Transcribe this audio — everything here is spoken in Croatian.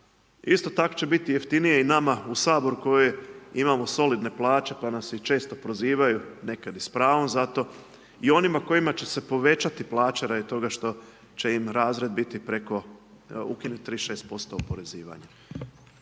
Isto tako će biti jeftinije nama u Sabor, koje imamo solidne plaće, pa nas se često prozivaju, nekad s pravom za to i onima kojima će se povećati plaće, radi toga što će im razred biti preko, ukinuti 36% oporezivanja.